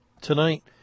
Tonight